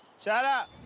shut up.